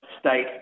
state